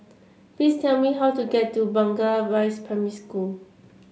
please tell me how to get to Blangah Rise Primary School